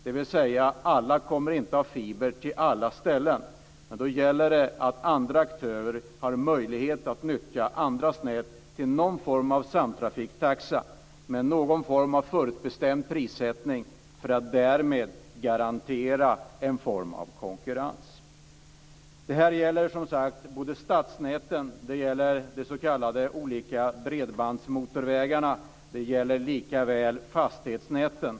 Eftersom alla inte kommer att få fiber till alla ställen gäller det att aktörer har möjlighet att nyttja varandras nät till någon form av samtrafiktaxa och med förutbestämd prissättning för att garantera en form av konkurrens. Det gäller här inte bara statsnäten och de s.k. bredbandsmotorvägarna utan också fastighetsnäten.